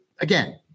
again